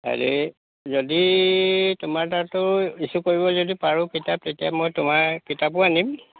আৰে যদি তোমাৰ তাতো ইচ্ছ্যু কৰিব যদি পাৰোঁ কিতাপ তেতিয়া মই তোমাৰ কিতাপো আনিম